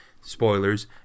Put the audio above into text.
spoilers